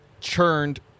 churned